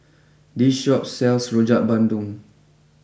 this Shop sells Rojak Bandung